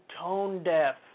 tone-deaf